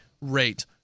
rate